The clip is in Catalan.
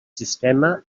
sistema